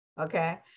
Okay